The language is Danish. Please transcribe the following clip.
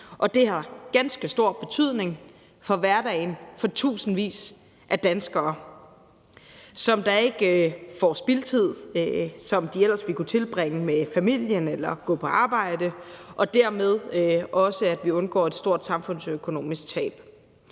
ganske stor betydning for hverdagen for tusindvis af danskere, som ikke får spildtid – tid, som de ellers ville kunne tilbringe med familien eller med at gå på arbejde, og dermed undgår vi også et stort samfundsøkonomisk tab.